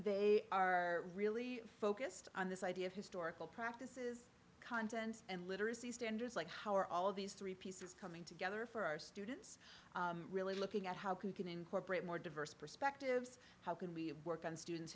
y are really focused on this idea of historical practices content and literacy standards like how are all of these three pieces coming together for our students really looking at how can we can incorporate more diverse perspectives how can we work on students